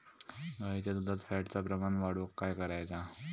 गाईच्या दुधात फॅटचा प्रमाण वाढवुक काय करायचा?